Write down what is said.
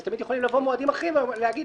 אז תמיד יכולים לבוא מועדים אחרים ולהגיד: